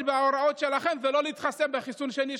על מנת שבאמת נראה פה פריחה ועידוד של הכלכלה בחברה הערבית.